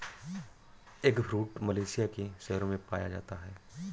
eggfruit Malaysia के शहरों में पाया जाता है